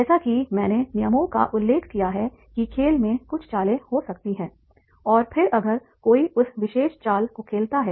जैसा कि मैंने नियमों का उल्लेख किया है कि खेल में कुछ चालें हो सकती हैं और फिर अगर कोई उस विशेष चाल को खेलता है